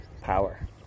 power